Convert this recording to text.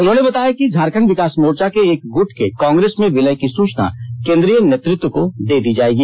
उन्होंने बताया कि झारखण्ड विकास मोर्चा के एक गूट के कांग्रेस में विलय की सूचना केंद्रीय नेतृत्व को दे दी जाएगी